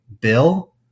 bill